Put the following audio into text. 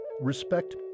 respect